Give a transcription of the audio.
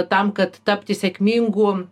tam kad tapti sėkmingu